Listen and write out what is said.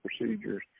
procedures